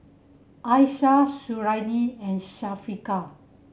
Aishah Suriani and Syafiqah